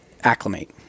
acclimate